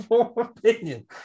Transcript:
opinion